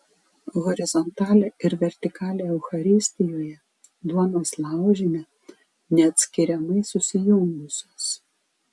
horizontalė ir vertikalė eucharistijoje duonos laužyme neatskiriamai susijungusios